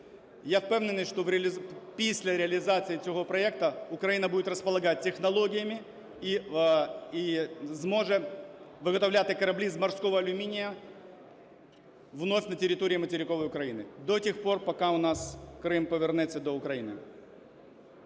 Я впевнений, що після реалізації цього проекту Україна будет располагать технологіями і зможе виготовляти кораблі з морського алюмінію вновь на території материкової України до тих пір, поки у нас Крим повернеться до України.